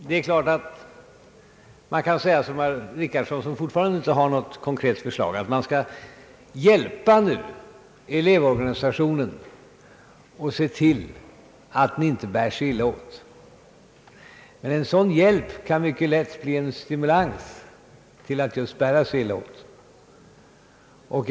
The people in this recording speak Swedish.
Naturligtvis kan man säga som herr Richardson — som fortfarande inte har något konkret förslag — att man skall hjälpa elevorganisationen och se till att den inte bär sig illa åt, men en sådan hjälp kan mycket lätt bli en stimulans just till att bära sig illa åt.